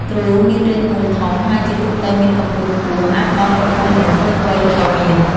ទ្រូមានរាងមូលធំ ហើយជាទូទៅមានកម្ពស់ខ្ពស់ អាចដល់កម្ពស់មនុស្សពេញវ័យក៏មាន។